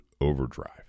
overdrive